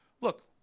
look